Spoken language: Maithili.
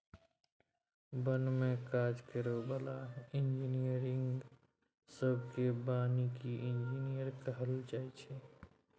बन में काज करै बला इंजीनियरिंग सब केँ बानिकी इंजीनियर कहल जाइ छै